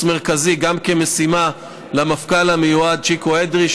מרכזי גם כמשימה למפכ"ל המיועד צ'יקו אדרי,